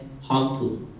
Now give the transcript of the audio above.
harmful